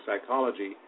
psychology